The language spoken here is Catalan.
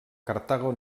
cartago